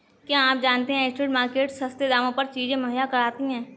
क्या आप जानते है स्ट्रीट मार्केट्स सस्ते दामों पर चीजें मुहैया कराती हैं?